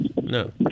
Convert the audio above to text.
No